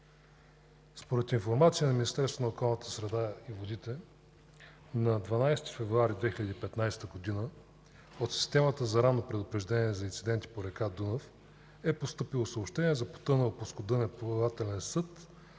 среда и водите на 12 февруари 2015 г. от Системата за ранно предупреждение за инциденти по река Дунав е постъпило съобщение за потънал плоскодънен плавателен съд